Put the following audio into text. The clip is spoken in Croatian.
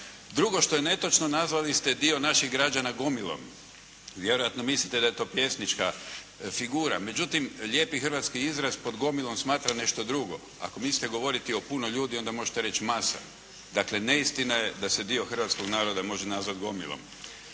Drugo što je netočno, nazvali ste dio naših građana gomilom. Vjerojatno mislite da je to pjesnička figura, međutim lijepi hrvatski izraz pod gomilom smatra nešto drugo. Ako mislite govoriti o puno ljudi onda možete reći masa. Dakle, neistina je da se dio hrvatskog naroda može nazvati gomilom.